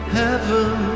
heaven